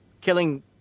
killing